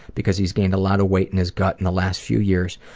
because he's gained a lot of weight in his gut in the last few years,